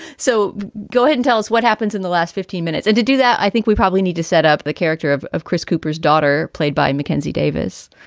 so go ahead and tell us what happens in the last fifty minutes and to do that, i think we probably need to set up the character of of chris cooper's daughter, played by mackenzie davis,